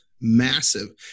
massive